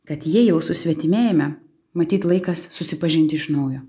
kad jei jau susvetimėjome matyt laikas susipažinti iš naujo